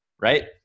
right